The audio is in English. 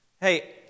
Hey